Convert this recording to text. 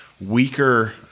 weaker